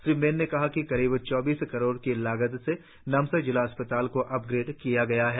श्री मैन ने बताया कि करीब चौबीस करोड़ की लागत से नामसाई जिला अस्पताल को अपग्रेड किया गया है